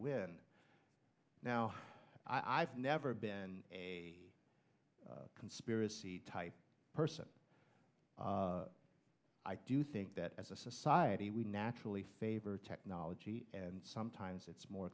win now i've never been a conspiracy type person i do think that as a society we naturally favor technology and sometimes it's more